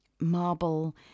Marble